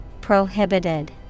Prohibited